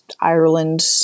Ireland